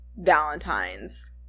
Valentine's